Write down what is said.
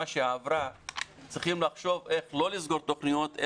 שעברה צריכים לחשוב איך לא לסגור תוכניות,